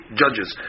judges